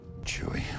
Chewie